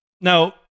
Now